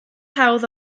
hawdd